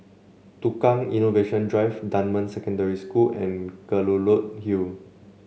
Tukang Innovation Drive Dunman Secondary School and Kelulut Hill